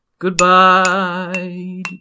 Goodbye